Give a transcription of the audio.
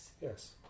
yes